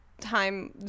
time